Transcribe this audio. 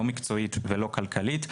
לא מקצועית ולא כלכלית,